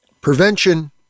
prevention